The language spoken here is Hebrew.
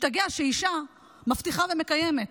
משתגע שאישה מבטיחה ומקיימת.